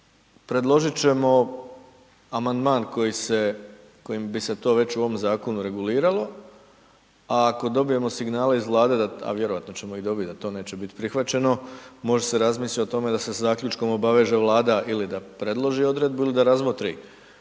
predložit ćemo amandman kojim bi se to već u ovom zakonu reguliralo, a ako dobijemo signale iz Vlade, a vjerojatno ćemo ih dobiti da to neće bit prihvaćeno, može se razmisliti o tome da se zaključkom obaveže Vlada ili da predloži odredbu ili da razmotri